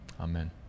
amen